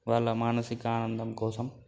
వాళ్ళ మానసిక ఆనందం కోసం